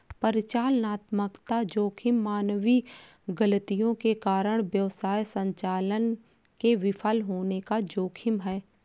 परिचालनात्मक जोखिम मानवीय गलतियों के कारण व्यवसाय संचालन के विफल होने का जोखिम है